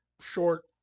short